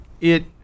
it-